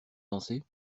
danser